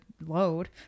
load